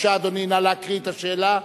בבקשה, אדוני, נא להקריא את השאלה.